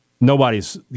nobody's